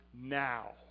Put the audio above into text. now